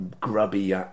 grubby